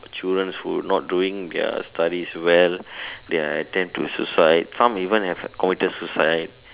the children who not doing their studies well they are tend to suicide some even have committed suicide